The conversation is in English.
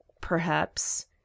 Perhaps